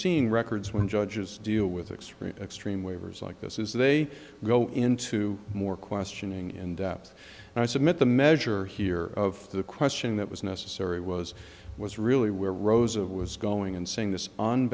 seeing records when judges deal with extreme extreme waivers like this is they go into more questioning in depth and i submit the measure here of the question that was necessary was was really where rows of was going and saying this on